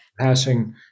passing